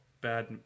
bad